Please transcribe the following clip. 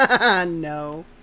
No